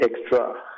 extra